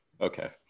Okay